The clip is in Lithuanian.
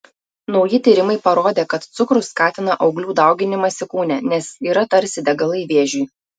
nauji tyrimai parodė kad cukrus skatina auglių dauginimąsi kūne nes yra tarsi degalai vėžiui